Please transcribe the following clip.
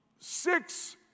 six